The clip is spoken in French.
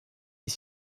est